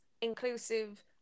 inclusive